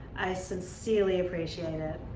i sincerely appreciate it.